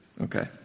Okay